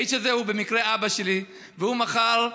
האיש הזה הוא במקרה אבא שלי, והוא מחר,